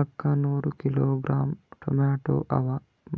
ಅಕ್ಕಾ ನೂರ kilogram tomato ಅವ,